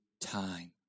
time